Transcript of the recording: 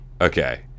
Okay